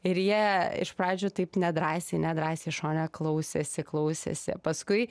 ir jie iš pradžių taip nedrąsiai nedrąsiai šone klausėsi klausėsi paskui